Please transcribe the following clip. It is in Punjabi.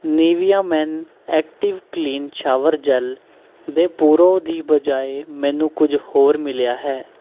Nivea men active clean shower gel ਦੇ ਪੂਰੋ ਦੀ ਬਜਾਏ ਮੈਨੂੰ ਕੁੱਝ ਹੋਰ ਮਿਲਿਆ ਹੈ